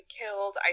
killed